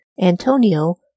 Antonio